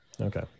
Okay